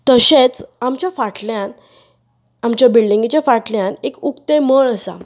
तशेंच आमच्यो फाटल्यान आमच्या बिल्डींगेच्या फाटल्यान एक उक्तें मळ आसा